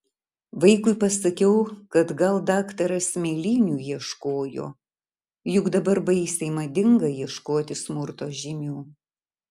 vaikui pasakiau kad gal daktaras mėlynių ieškojo juk dabar baisiai madinga ieškoti smurto žymių